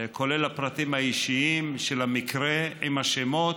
כולל הפרטים האישיים של המקרה, עם השמות,